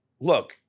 look